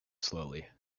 slowly